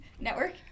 network